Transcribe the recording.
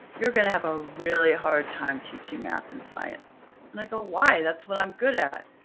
you're going to have a really hard time teaching math and science and i go, why? that's what i'm good at.